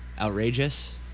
Outrageous